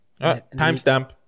Timestamp